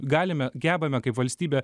galime gebame kaip valstybė